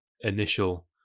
initial